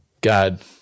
God